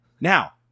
Now